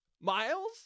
Miles